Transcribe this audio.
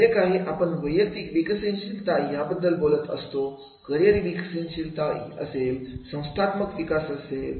जे काही आपण वैयक्तिक विकसनशीलता याबद्दल बोलत असतो करिअर विकसनशीलता असेल संस्थात्मक विकास असेल